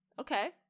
okay